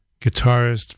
guitarist